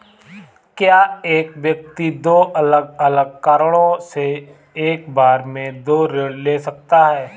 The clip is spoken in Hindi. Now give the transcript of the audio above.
क्या एक व्यक्ति दो अलग अलग कारणों से एक बार में दो ऋण ले सकता है?